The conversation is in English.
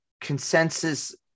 consensus